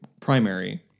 primary